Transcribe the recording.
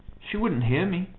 she wouldn't hear me.